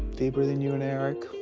deeper than you and eric?